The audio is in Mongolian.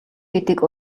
гэдэг